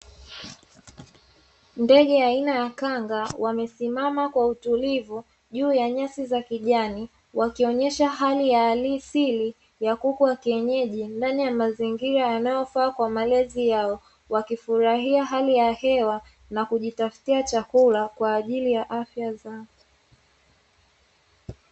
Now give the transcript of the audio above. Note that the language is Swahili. Ndege aina ya kanga wamesimama kwa utulivu juu ya nyasi za kijani, wakionyesha hali ya halisi ya kuku wa kienyeji ndani ya mazingira yanayofaa kwa malezi yao, wakifurahia hali ya hewa na kujitafutia chakula kwa ajili ya afya zao.